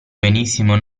benissimo